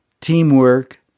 teamwork